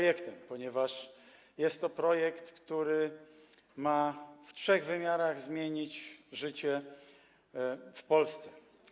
Jest to projekt, który ma w trzech wymiarach zmienić życie w Polsce.